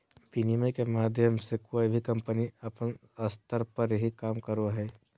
विनिमय के माध्यम मे कोय भी कम्पनी अपन स्तर से ही काम करो हय